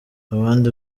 abandi